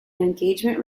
engagement